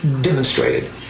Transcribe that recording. demonstrated